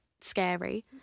scary